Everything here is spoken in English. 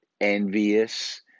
envious